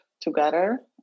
together